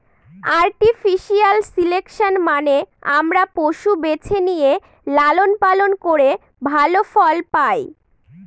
artificial selection মানে আমরা পশু বেছে নিয়ে লালন পালন করে ভালো ফল পায়